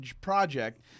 project